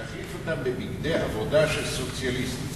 תחליף אותה בבגדי עבודה של סוציאליסטים,